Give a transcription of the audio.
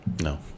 No